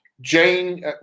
Jane